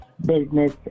business